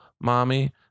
mommy